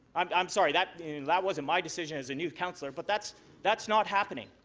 i'm i'm sorry that that wasn't my decision as a new councillor, but that's that's not happening.